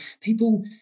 people